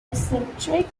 eccentric